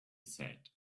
said